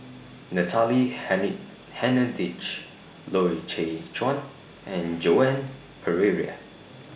Natalie Hennedige Loy Chye Chuan and Joan Pereira